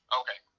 okay